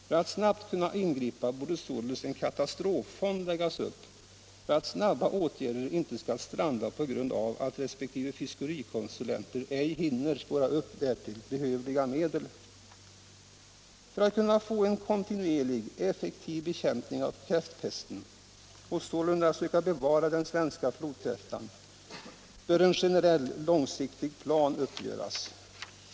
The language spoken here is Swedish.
För att snabbt kunna ingripa borde således en katastroffond läggas upp så att det hela inte skall stranda på att respektive fiskerikonsulenter ej hinner spåra upp därtill behövliga medel. För att kunna få en kontinuerlig, effektiv bekämpning av kräftpesten, och sålunda söka bevara den svenska flodkräftan, bör en generell, långsiktig plan göras upp.